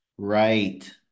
Right